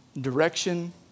direction